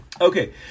Okay